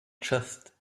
just